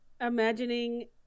imagining